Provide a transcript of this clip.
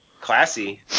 Classy